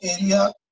area